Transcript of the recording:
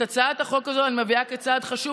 את הצעת החוק הזו אני מביאה כצעד חשוב